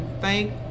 thank